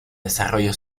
desarrollo